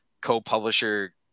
co-publisher